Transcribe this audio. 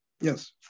Yes